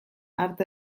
arte